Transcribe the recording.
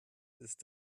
ist